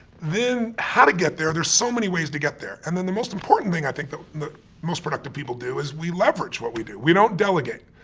then how to get there, there's so many ways to get there. and then the most important thing i think that most productive people do is we leverage what we do. we don't delegate.